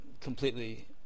completely